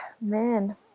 man